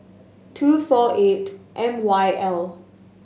two four eight M Y L